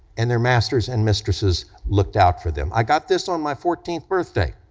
and their masters and mistresses looked out for them. i got this on my fourteenth birthday.